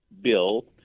bill